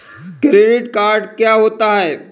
Credit card क्या होता है?